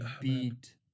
beat